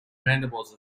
mandibles